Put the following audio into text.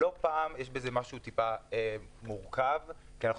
לא פעם יש בזה משהו קצת מורכב כי אנחנו